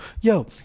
yo